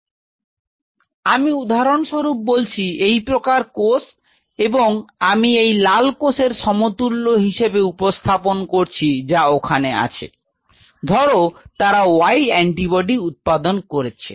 তো আমি উদাহরণস্বরূপ বলছি এই প্রকার কোষ এবং আমি এই লাল কোষের সমতুল্য হিসেবে উপস্থাপন করছি যা ওখানে আছে ধর তারা y অ্যান্টিবডিটি উৎপাদন করেছে